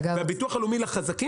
אבל לגבי ביטוח לאומי לחזקים,